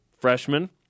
freshman